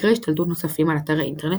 מקרי השתלטות נוספים על אתרי אינטרנט